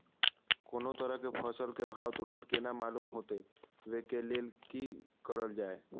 कोनो तरह के फसल के भाव तुरंत केना मालूम होते, वे के लेल की करल जाय?